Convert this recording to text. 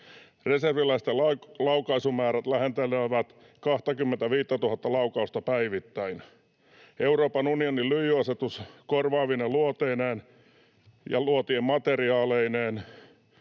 Reserviläisten laukaisumäärät lähentelevät 25 000:ta laukausta päivittäin. Euroopan unionin lyijyasetus korvaavine luoteineen ja luotien materiaaleineen